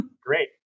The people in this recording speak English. great